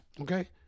Okay